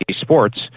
sports